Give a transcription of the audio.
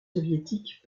soviétiques